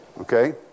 Okay